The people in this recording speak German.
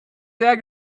sehr